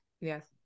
Yes